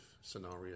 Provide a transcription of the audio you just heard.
scenario